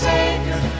Savior